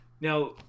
now